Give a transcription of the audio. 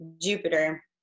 Jupiter